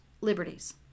Liberties